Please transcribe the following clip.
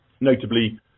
Notably